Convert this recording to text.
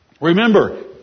Remember